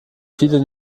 viele